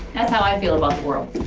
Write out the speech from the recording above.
that's how i i feel about the world.